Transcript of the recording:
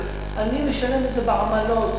אני משלם את זה בעמלות,